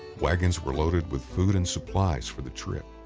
wagons were loaded with food and supplies for the trip.